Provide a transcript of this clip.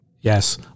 Yes